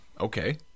Okay